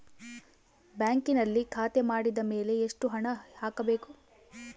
ಬ್ಯಾಂಕಿನಲ್ಲಿ ಖಾತೆ ಮಾಡಿದ ಮೇಲೆ ಎಷ್ಟು ಹಣ ಹಾಕಬೇಕು?